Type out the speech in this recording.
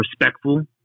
respectful